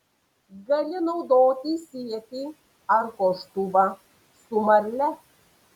gali naudoti sietį ar koštuvą su marle